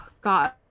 God